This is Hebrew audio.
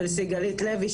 של סיגלית לוי,